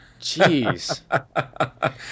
Jeez